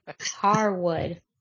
Harwood